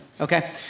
okay